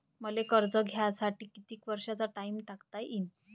मले कर्ज घ्यासाठी कितीक वर्षाचा टाइम टाकता येईन?